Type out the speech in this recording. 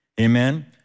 Amen